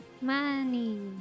Money